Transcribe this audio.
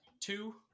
Two